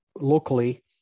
locally